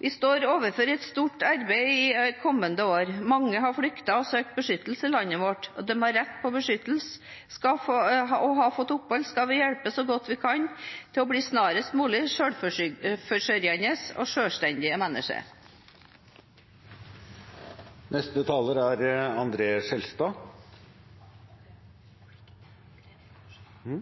Vi står overfor et stort arbeid i kommende år. Mange har flyktet og søkt beskyttelse i landet vårt, og de som har rett til beskyttelse og har fått opphold, skal vi hjelpe så godt vi kan til snarest mulig å bli selvforsørgende og selvstendige mennesker. Det blir replikkordskifte. Jeg